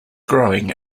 growing